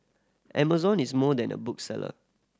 Amazon is more than a bookseller